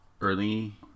early